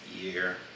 year